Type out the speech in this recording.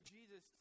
Jesus